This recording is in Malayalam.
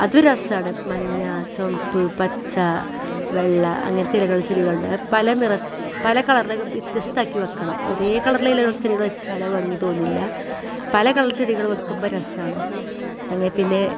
അതു രസമാണ് മഞ്ഞ ചുവപ്പ് പച്ച വെള്ള അങ്ങനത്തെ ഇലകൾ ഉള്ള ചെടികളുണ്ട് അതു പല നിറ പല കളറുകളിൽ വ്യത്യസ്തമാക്കി വെക്കണം ഒരേ കളറിൽ ഇലകൾ ചെടികൾ വെച്ചാൽ അത് ഭംഗി തോന്നില്ല പല കളർ ചെടികൾ വെക്കുമ്പോൾ രസമാണ് അല്ലേ പിന്നെ